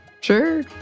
Sure